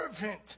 servant